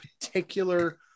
particular